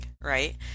right